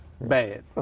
bad